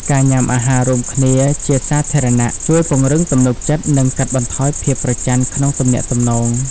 ការញ៉ាំអាហាររួមគ្នាជាសាធារណៈ ជួយពង្រឹងទំនុកចិត្ត និងកាត់បន្ថយភាពប្រច័ណ្ឌក្នុងទំនាក់ទំនង។